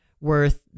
worth